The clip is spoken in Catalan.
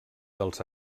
dels